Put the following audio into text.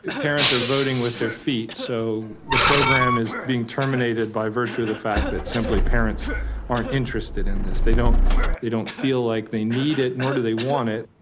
parents are voting with their feet so the program is being terminated by virtue of the fact that simply parents aren't interested in this, they don't they don't feel like they need it, nor do they want it.